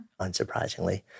unsurprisingly